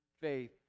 faith